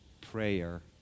prayer